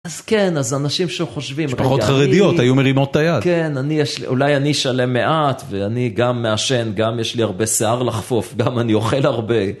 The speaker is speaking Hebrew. אז כן, אז אנשים שחושבים, יש פחות חרדיות, היו מרימות את היד. כן, אולי אני שלם מעט, ואני גם מעשן, גם יש לי הרבה שיער לחפוף, גם אני אוכל הרבה.